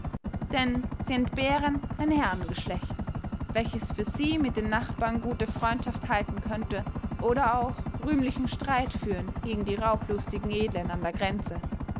denn sie entbehren ein herrengeschlecht welches für sie mit den nachbarn gute freundschaft halten könnte oder auch rühmlichen streit führen gegen die raublustigen edlen an der grenze